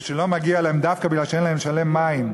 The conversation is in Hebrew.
שלא מגיע להם דווקא כי אין להם לשלם מים,